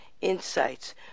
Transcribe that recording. insights